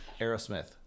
Aerosmith